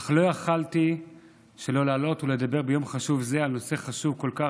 אך לא יכולתי שלא לעלות ולדבר ביום חשוב זה על נושא חשוב כל כך,